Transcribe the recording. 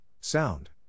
Sound